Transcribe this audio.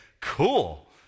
cool